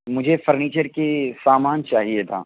مجھے فرنیچر کی سامان چاہیے تھا